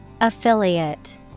Affiliate